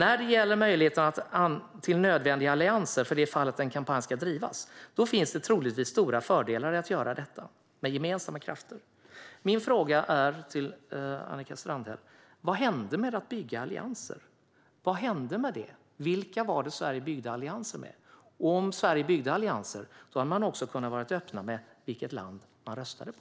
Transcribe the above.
- När det gäller möjligheten till nödvändiga allianser, för det fall en kampanj ska drivas, finns det troligtvis stora fördelar med att göra detta med gemensamma krafter." Mina frågor till Annika Strandhäll är: Vad hände med att bygga allianser? Vilka var det Sverige byggde allianser med? Om Sverige byggde allianser hade man kunnat vara öppen med vilket land man röstade på.